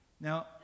Now